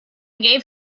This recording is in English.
gave